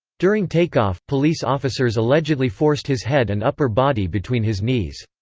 during take-off, police officers allegedly forced his head and upper body between his knees.